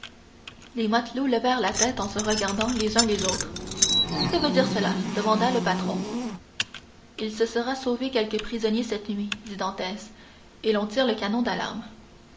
les matelots levèrent la tête en se regardant les uns les autres que veut dire cela demanda le patron il se sera sauvé quelque prisonnier cette nuit dit dantès et l'on tire le canon d'alarme